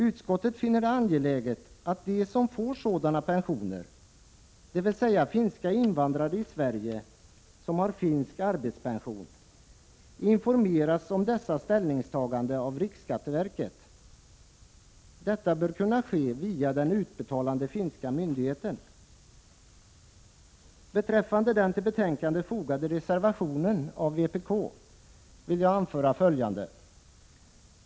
Utskottet finner det angeläget att de som får sådana pensioner, dvs. finska invandrare i Sverige som har finsk arbetspension, informeras om dessa ställningstaganden av riksskatteverket. Detta bör kunna ske via den utbetalande finska myndigheten. Beträffande den till betänkandet fogade reservationen av vpk vill jag anföra följande.